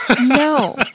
no